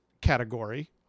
category